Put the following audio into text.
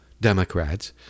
Democrats